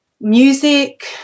music